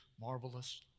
marvelous